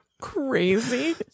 crazy